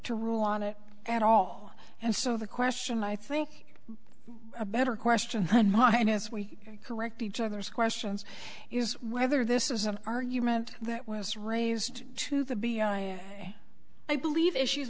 to rule on it at all and so the question i think a better question and mind as we correct each other's questions is whether this is an argument that was raised to the b i i believe issues